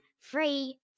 free